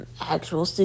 actual